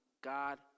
God